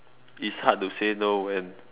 it's hard to say no when